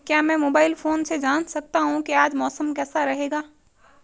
क्या मैं mobile phone से जान सकता हूँ कि आज मौसम कैसा रहेगा?